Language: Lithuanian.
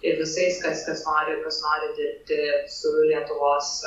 ir visais kas kas nori kas nori dirbti su lietuvos